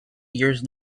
years